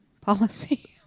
policy